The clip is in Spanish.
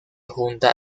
junta